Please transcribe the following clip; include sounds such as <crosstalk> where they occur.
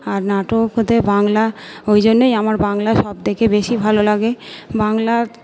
আর নাটক <unintelligible> বাংলা ওই জন্যই আমার বাংলা সব থেকে বেশি ভালো লাগে বাংলা